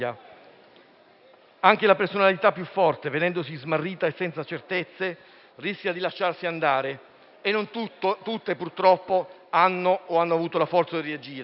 Anche la personalità più forte, vedendosi smarrita e senza certezze, rischia di lasciarsi andare, e non tutte, purtroppo, hanno o hanno avuto la forza di reagire.